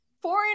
foreign